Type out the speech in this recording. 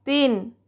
तीन